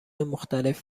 مختلف